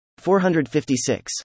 456